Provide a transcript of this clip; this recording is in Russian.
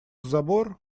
забор